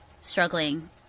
struggling